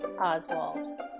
Oswald